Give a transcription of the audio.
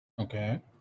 okay